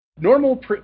Normal